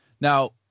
Now